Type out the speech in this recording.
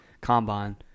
combine